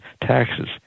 taxes